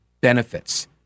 benefits